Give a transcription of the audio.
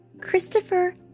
Christopher